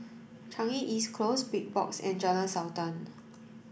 Changi East Close Big Box and Jalan Sultan